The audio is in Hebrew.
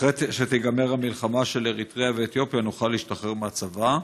שאחרי שתיגמר המלחמה של אריתריאה ואתיופיה נוכל להשתחרר מהצבא,